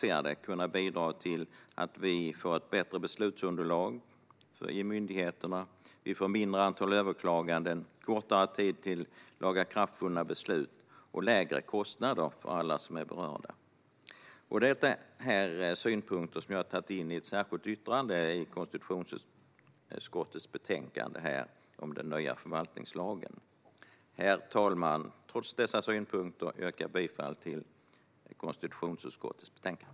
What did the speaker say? Det skulle kunna bidra till att vi får ett bättre beslutsunderlag i myndigheterna, ett mindre antal överklaganden, kortare tid till lagakraftvunna beslut och lägre kostnader för alla som är berörda. Detta är synpunkter som jag har tagit in i ett särskilt yttrande i konstitutionsutskottets betänkande om den nya förvaltningslagen. Herr talman! Trots dessa synpunkter yrkar jag bifall till konstitutionsutskottets förslag i betänkandet.